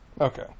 Okay